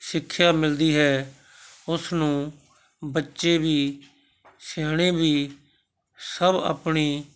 ਸਿੱਖਿਆ ਮਿਲਦੀ ਹੈ ਉਸ ਨੂੰ ਬੱਚੇ ਵੀ ਸਿਆਣੇ ਵੀ ਸਭ ਆਪਣੀ